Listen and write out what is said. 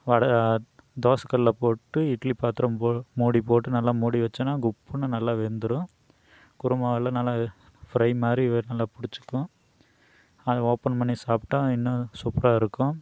வடை தோசைக்கல்லில் போட்டு இட்லி பாத்திரம் போ மூடி போட்டு நல்லா மூடி வச்சோன்னா குப்புன்னு நல்லா வெந்துரும் குருமாவில நல்லா ஃப்ரைமாதிரி நல்லா பிடிச்சிக்கும் அதை ஓப்பன் பண்ணி சாப்பிட்டா இன்னும் சூப்பராக இருக்கும்